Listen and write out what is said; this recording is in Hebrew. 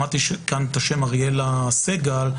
שמעתי כאן את השם אריאלה סגל.